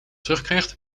terugkrijgt